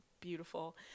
beautiful